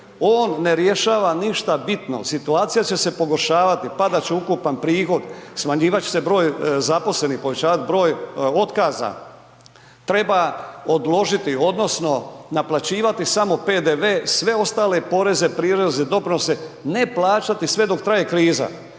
On ne rješava ništa bitno, situacija će se pogoršavati, padat će ukupan prihod, smanjivat će se broj zaposlenih, povećavat broj otkaza. Treba odložiti odnosno naplaćivati samo PDV, sve ostale poreze, prireze, doprinose ne plaćati sve dok traje kriza.